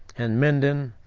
and minden,